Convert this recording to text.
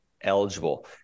eligible